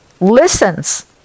listens